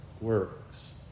works